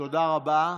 תודה רבה.